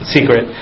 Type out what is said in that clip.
Secret